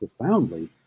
profoundly